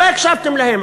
ולא הקשבתם להם,